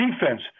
defense